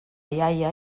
iaia